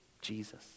Jesus